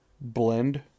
blend